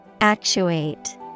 Actuate